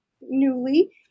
newly